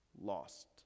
lost